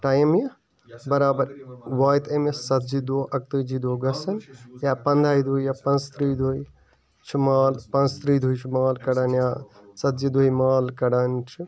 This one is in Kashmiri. ٹایِم یہِ بَرابَر واتہِ أمِس ژَتجی دۄہ اَکتٲجی دۄہ گَژھن یا پَنٛداہہِ دُہہِ یا پانٛژٕترٛہہِ دُہہِ چھُ مال پانٛژٕترٛہہِ دُہہِ چھُ مال کَڑان یا ژَتجی دُہہِ مال کَڑان چھِ